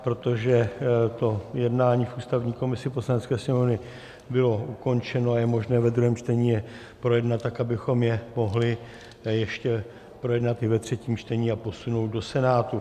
Protože to jednání v ústavní komisi Poslanecké sněmovny bylo ukončeno a je možné ve druhém čtení je projednat tak, abychom je mohli ještě projednat i ve třetím čtení a posunout do Senátu.